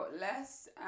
less